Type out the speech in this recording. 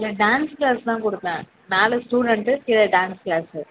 இங்கே dance class தான் கொடுப்பேன் மேலே ஸ்டூடெண்ட்டு கீழே டான்ஸ் க்ளாஸ்ஸு